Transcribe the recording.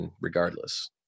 regardless